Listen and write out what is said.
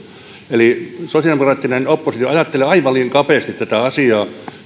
sosiaalidemokraattinen oppositio ajattelee aivan liian kapeasti tätä asiaa